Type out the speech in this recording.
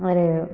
आरो